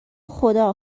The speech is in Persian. خدا